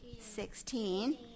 sixteen